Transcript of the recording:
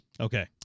Okay